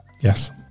Yes